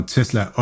Tesla